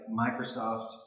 Microsoft